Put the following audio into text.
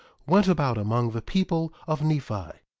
went about among the people of nephi,